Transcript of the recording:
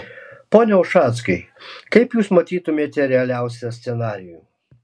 pone ušackai kaip jūs matytumėte realiausią scenarijų